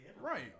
right